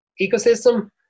ecosystem